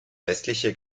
westliche